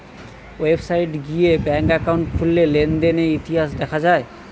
website গিয়ে bank account খুললে লেনদেনের ইতিহাস দেখা যায়